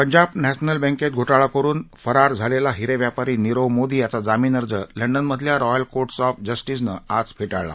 Punjab national बँकेत घोटाळा करून फरार झालेला हिरे व्यापारी नीरव मोदी याचा जामीन अर्ज लंडनमधल्या रॉयल कोर्ट्स ऑफ जस्टिजने आज फेटाळला